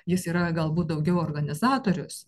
jis yra galbūt daugiau organizatorius